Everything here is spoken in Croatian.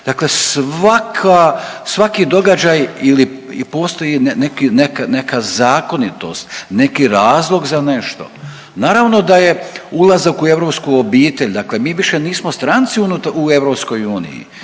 svaka, svaki događaj ili i postoji neka zakonitost, neki razlog za nešto. Naravno da je ulazak u europsku obitelj, dakle mi više nismo stranci u EU. Mi